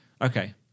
Okay